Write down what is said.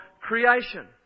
creation